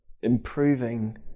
improving